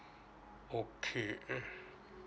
okay